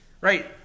Right